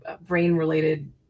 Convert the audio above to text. brain-related